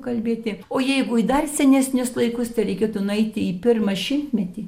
kalbėti o jeigu į dar senesnius laikus tereikėtų nueiti į pirmą šimtmetį